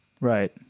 Right